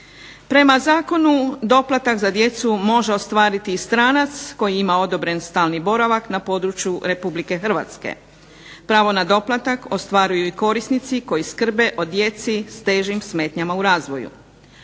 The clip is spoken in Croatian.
Prema zakonu doplatak za djecu može ostvariti stranac koji ima odobren stalni boravak na području Republike Hrvatske. Pravo na doplatak ostvaruju i korisnici koji skrbe o djeci s težim smetnjama u razvoju.